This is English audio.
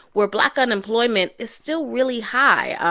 where black unemployment is still really high,